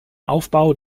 aufbau